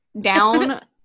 down